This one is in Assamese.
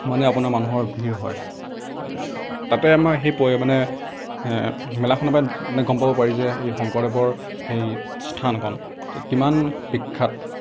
মানে আপোনাৰ মানুহৰ ভিৰ হয় যে তাতে আমাৰ সেই প মানে মেলাখনৰ পৰা মানে গম পাব পাৰি যে শংকৰদেৱৰ সেই স্থানকণ যে কিমান বিখ্যাত